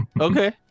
Okay